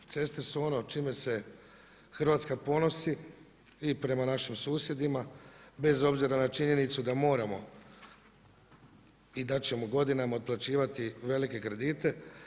Ceste su ono čime se Hrvatska ponosi i prema našim susjedima, bez obzira na činjenicu da moramo i da ćemo godinama otplaćivati velike kredite.